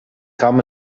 kam